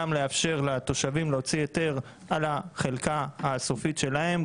גם לאפשר לתושבים להוציא היתר על החלקה הסופית שלהם,